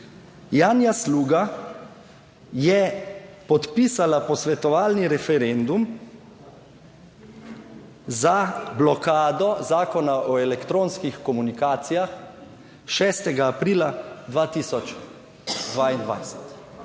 Janja Sluga je podpisala posvetovalni referendum za blokado Zakona o elektronskih komunikacijah 6. aprila 2022.